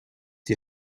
die